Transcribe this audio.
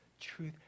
truth